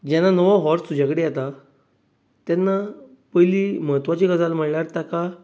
जेन्ना नवो हाॅर्स तुजे कडेन येता तेन्ना पयलीं म्हत्वाची गजाल म्हळ्यार ताका